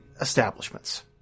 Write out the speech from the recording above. establishments